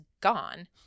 gone